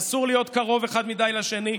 אסור להיות קרוב מדי אחד לשני.